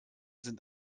sind